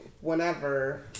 whenever